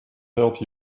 help